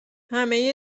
همه